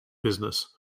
business